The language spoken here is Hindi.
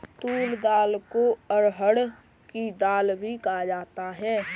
तूर दाल को अरहड़ की दाल भी कहा जाता है